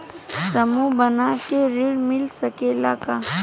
समूह बना के ऋण मिल सकेला का?